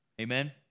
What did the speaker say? Amen